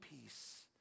peace